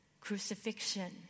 crucifixion